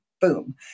boom